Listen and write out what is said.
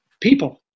People